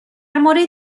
مورد